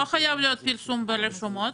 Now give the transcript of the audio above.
לא חייב להיות פרסום ברשומות.